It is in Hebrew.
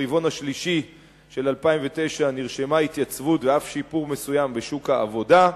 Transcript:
ברבעון השלישי של 2009 נרשמו התייצבות ואף שיפור מסוים בשוק העבודה.